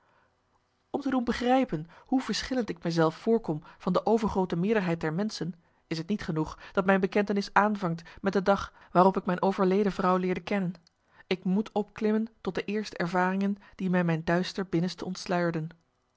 om te doen begrijpen hoe verschillend ik me zelf voorkom van de overgroote meerderheid der menschen is t niet genoeg dat mijn bekentenis aanvangt met de dag waarop ik mijn overleden vrouw leerde kennen ik moet opklimmen tot de eerste ervaringen die mij mijn duister binnenste ontsluierden